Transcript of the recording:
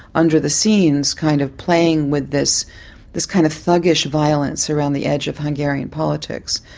under the scenes, kind of playing with this this kind of thuggish violence around the edge of hungarian politics.